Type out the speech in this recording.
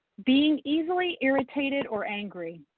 being easily irritated or angry,